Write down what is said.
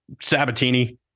Sabatini